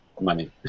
money